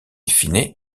fine